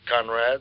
Conrad